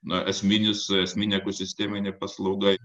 na esminis esminė sisteminė paslauga